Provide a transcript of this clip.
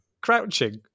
crouching